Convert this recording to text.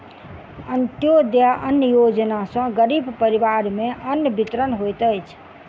अन्त्योदय अन्न योजना सॅ गरीब परिवार में अन्न वितरण होइत अछि